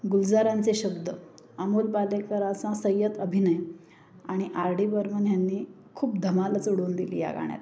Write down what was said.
गुलजारांचे शब्द अमोल पालेकराचा संयत अभिनय आणि आर डी बर्मन ह्या यांनी खूप धमालच उडवून दिली या गाण्यात